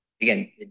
Again